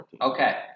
Okay